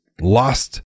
lost